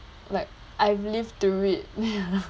like I've lived through it ya